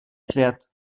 svět